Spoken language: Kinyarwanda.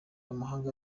amahanga